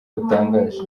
butangaje